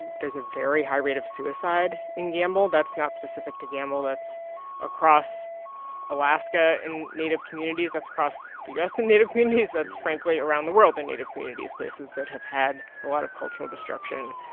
there's a very high rate of suicide in gambell. that's not specific to gambell. that's across alaska in native communities. that's across the u s. in native communities. that's, frankly, around the world in native communities places that have had a lot of cultural destruction.